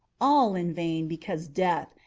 all in vain because death,